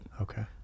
Okay